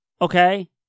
Okay